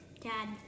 Dad